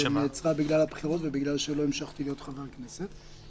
שנעצרה בגלל הבחירות ובגלל שלא המשכתי להיות חבר כנסת.